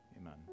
amen